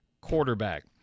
quarterback